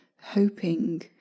hoping